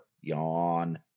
Yawn